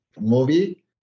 movie